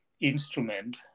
instrument